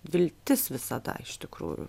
viltis visada iš tikrųjų